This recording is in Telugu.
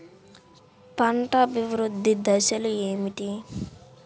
పంట అభివృద్ధి దశలు ఏమిటి?